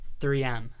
3M